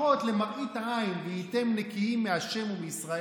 לפחות למראית עין "והייתם נקיים מה' ומישראל",